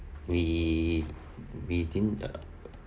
we we didn't uh